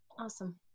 Awesome